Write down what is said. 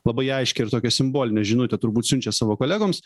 labai aiškią ir tokią simbolinę žinutę turbūt siunčia savo kolegoms